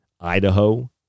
Idaho